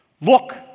look